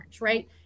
right